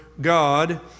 God